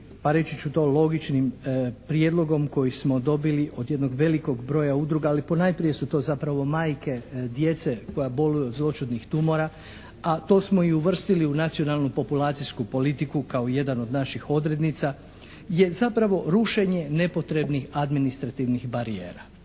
pa reći ću to logičnim prijedlogom koji smo dobili od jednog velikog broja udruga, ali ponajprije su to zapravo majke djece koja boluju od zloćudnih tumora, a to smo i uvrstili u Nacionalnu populacijsku politiku kao jedan od naših odrednica, je zapravo rušenje nepotrebnih administrativnih barijera.